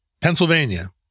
Pennsylvania